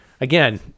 Again